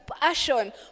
passion